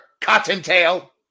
Cottontail